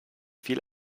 viel